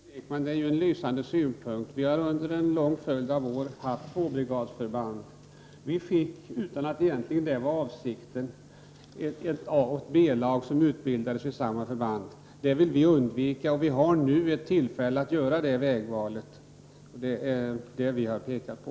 Herr talman! Det är en lysande synpunkt, Kerstin Ekman! Vi har under en lång följd av år haft tvåbrigadsförband. Vi fick, utan att det egentligen var avsikten, ett A och ett B-lag som utbildades vid samma förband. Det vill vi moderater undvika, och nu finns det ett tillfälle att göra det vägvalet. Det är detta vi har pekat på.